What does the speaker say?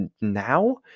Now